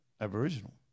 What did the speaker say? Aboriginal